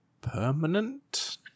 permanent